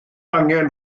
angen